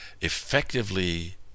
effectively